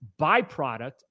byproduct